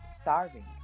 starving